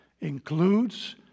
includes